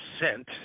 sent